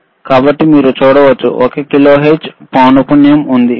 కాబట్టి మీరు చూడవచ్చు ఒక కిలోహెర్ట్జ్ పౌనపున్యం ఉంది